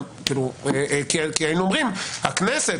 כי היינו אומרים: הכנסת,